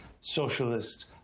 socialist